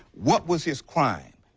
what was his crime?